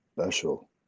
special